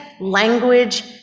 language